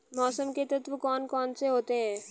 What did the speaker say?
मौसम के तत्व कौन कौन से होते हैं?